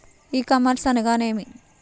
ఈ కామర్స్ అనగానేమి?